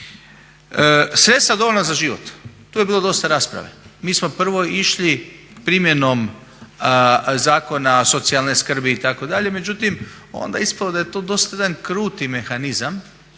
Sredstva dovoljna za život. Tu je bilo dosta rasprave. Mi smo prvo išli primjenom Zakona socijalne skrbi itd., međutim, onda je ispalo da je to dosta jedan kruti mehanizam